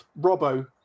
Robbo